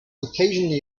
occasionally